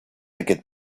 aquest